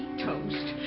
toast.